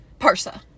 Parsa